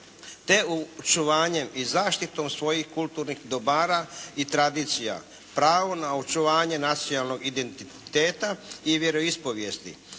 te očuvanjem i zaštitom svojim kulturnih dobara i tradicija. Pravo na očuvanje nacionalnog identiteta i vjeroispovijesti.